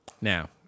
Now